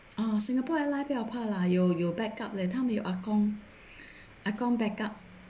orh singapore airline 不要怕啦有有 back up leh 他们有阿公阿公 back up